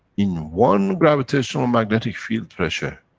in one gravitational magnetic field pressure,